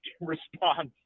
response